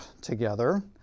together